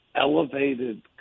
elevated